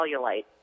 cellulite